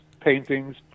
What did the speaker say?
paintings